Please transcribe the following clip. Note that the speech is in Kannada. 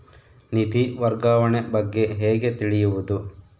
ನಿಧಿ ವರ್ಗಾವಣೆ ಬಗ್ಗೆ ಹೇಗೆ ತಿಳಿಯುವುದು?